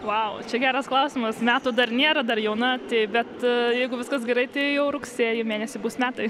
vau čia geras klausimas metų dar nėra dar jauna bet jeigu viskas gerai tai jau rugsėjį mėnesį bus metai